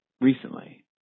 recently